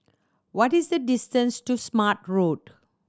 what is the distance to Smart Road